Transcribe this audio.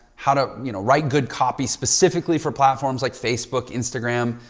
how to you know write good copy specifically for platforms like facebook, instagram,